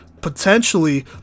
potentially